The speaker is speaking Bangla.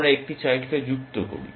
আমরা একটি চাইল্ডকে যুক্ত করি